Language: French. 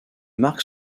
marques